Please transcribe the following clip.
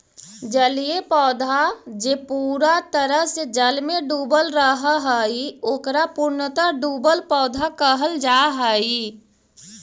जलीय पौधा जे पूरा तरह से जल में डूबल रहऽ हई, ओकरा पूर्णतः डुबल पौधा कहल जा हई